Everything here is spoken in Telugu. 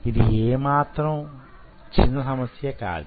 ఇది యేమాత్రం చిన్న సమస్య కాదు